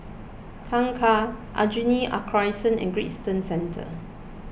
Kangkar Aljunied a Crescent and Great Eastern Centre